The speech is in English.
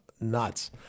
Nuts